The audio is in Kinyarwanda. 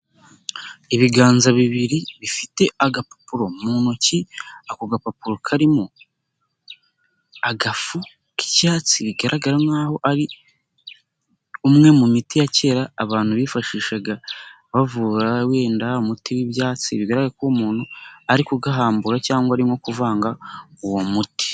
Ibiganza bibiri bifite agapapuro mu ntoki, ako gapapuro karimo agafu k'icyatsi bigaragara nk'aho ari umwe mu miti ya kera abantu bifashishaga bavura, wenda umuti w'ibyatsi bigaragara ko umuntu ari kugahambura cyangwa ari nko kuvanga uwo muti.